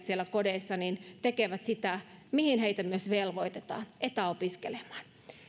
siellä kodeissa tekevät sitä mihin heitä myös velvoitetaan etäopiskelemaan